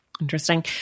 interesting